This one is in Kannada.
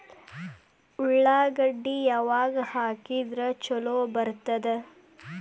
ಉಳ್ಳಾಗಡ್ಡಿ ಯಾವಾಗ ಹಾಕಿದ್ರ ಛಲೋ ಬರ್ತದ?